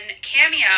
Cameo